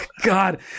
god